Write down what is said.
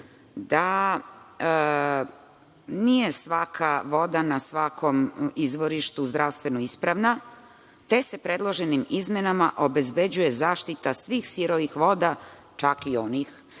da nije svaka voda na svakom izvorištu zdravstveno ispravna, te se predloženim izmenama obezbeđuje zaštita svih sirovih voda, čak i onih